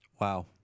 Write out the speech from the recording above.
Wow